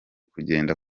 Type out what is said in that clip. kugenda